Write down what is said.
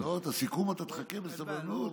לסיכום אתה תחכה, בסבלנות.